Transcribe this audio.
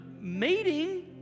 meeting